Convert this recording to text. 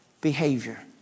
Behavior